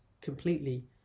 completely